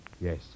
Yes